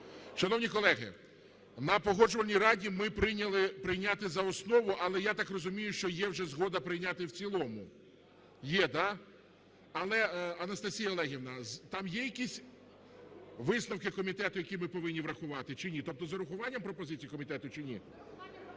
Шановні колеги, на Погоджувальній раді ми прийняли прийняти за основу, але я так розумію, що є вже згода прийняти в цілому. Є, да? Але, Анастасія Олегівна, там є якісь висновки комітету, які ми повинні врахувати, чи ні? Тобто з урахуванням пропозицій комітету чи ні?